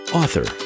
author